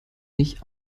nicht